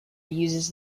uses